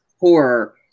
horror